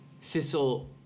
Thistle